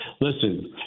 Listen